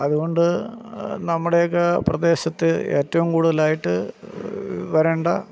അതുകൊണ്ട് നമ്മുടെയൊക്ക പ്രദേശത്ത് ഏറ്റവും കൂടുതലായിട്ട് വരേണ്ട